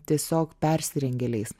tiesiog persirengėliais